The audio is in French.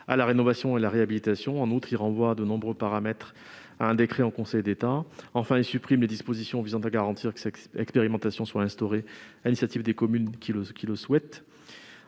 à la rénovation et à la réhabilitation, à renvoyer de nombreux paramètres à un décret en Conseil d'État et à supprimer les dispositions visant à garantir que cette expérimentation soit instaurée sur l'initiative des communes qui le souhaitent.